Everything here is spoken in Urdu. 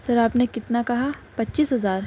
سر آپ نے کتنا کہا پچیس ہزار